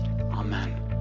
amen